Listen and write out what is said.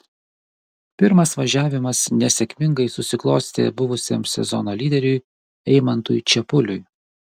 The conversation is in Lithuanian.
pirmas važiavimas nesėkmingai susiklostė buvusiam sezono lyderiui eimantui čepuliui